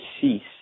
cease